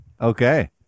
Okay